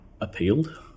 appealed